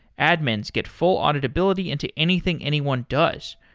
admins get full auditability into anything anyone does.